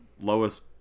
lowest